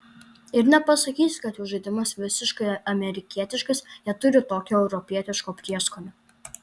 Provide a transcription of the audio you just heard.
ir nepasakysi kad jų žaidimas visiškai amerikietiškas jie turi tokio europietiško prieskonio